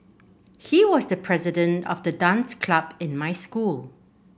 he was the president of the dance club in my school